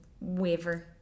waver